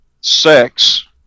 sex